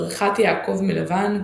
יששכר, זבולון ודינה.